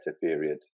period